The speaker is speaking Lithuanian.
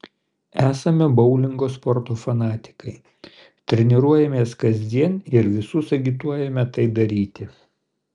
esame boulingo sporto fanatikai treniruojamės kasdien ir visus agituojame tai daryti